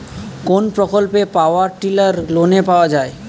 কোন প্রকল্পে power tiller লোনে পাওয়া য়ায়?